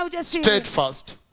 steadfast